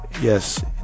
yes